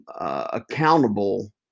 accountable